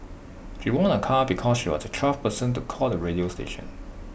she won A car because she was the twelfth person to call the radio station